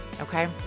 okay